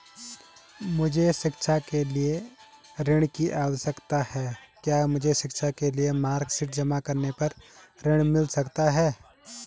मुझे शिक्षा के लिए ऋण की आवश्यकता है क्या मुझे शिक्षा के लिए मार्कशीट जमा करने पर ऋण मिल सकता है?